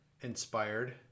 inspired